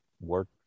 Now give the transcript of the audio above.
work